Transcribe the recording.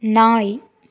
நாய்